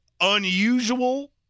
unusual